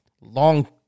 long